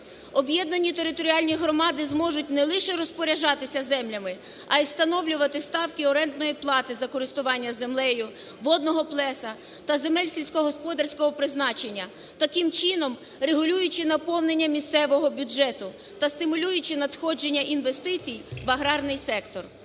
Об'єднані територіальні громади зможуть не лише розпоряджатись землями, а й встановлювати ставки орендної плати за користування землею водного плеса та земель сільськогосподарського призначення, таким чином, регулюючи наповнення місцевого бюджету та стимулюючи надходження інвестицій в аграрний сектор.